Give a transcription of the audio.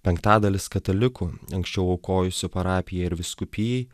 penktadalis katalikų anksčiau aukojusių parapijai ir vyskupijai